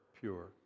pure